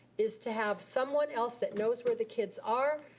is to have someone else that knows where the kids are,